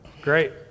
Great